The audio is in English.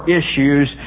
issues